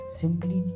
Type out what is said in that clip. simply